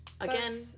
again